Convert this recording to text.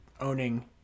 owning